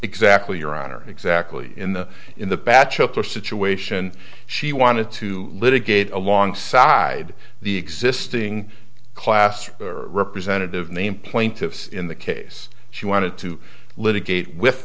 exactly your honor exactly in the in the batchelor situation she wanted to litigate alongside the existing class or representative name plaintiffs in the case she wanted to litigate with